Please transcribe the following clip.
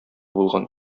булган